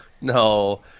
no